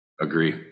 Agree